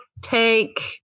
take